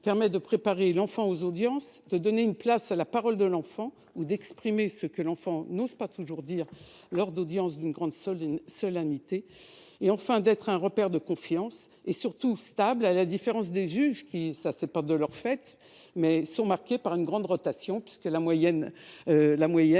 permet de préparer l'enfant aux audiences, de donner une place à la parole de l'enfant ou d'exprimer ce que ce dernier n'ose pas toujours dire lors d'audiences d'une grande solennité ; il constitue enfin un repère de confiance et un repère stable, à la différence des juges, qui- ce n'est pas de leur fait ! -sont marqués par une grande rotation, la durée moyenne